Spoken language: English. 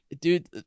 dude